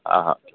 હા હા